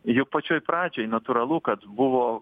juk pačioj pradžioj natūralu kad buvo